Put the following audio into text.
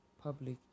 public